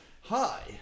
Hi